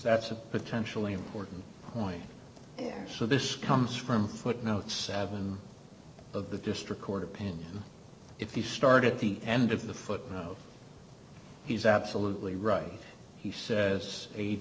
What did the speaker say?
that's a potentially important point so this comes from footnote seven of the district court opinion if you started at the end of the footnote he's absolutely right he says eight